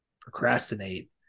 procrastinate